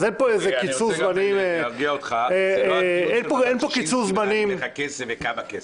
אני גם רוצה להרגיע אותך זה לא הדיון של כמה כסף,